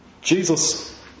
Jesus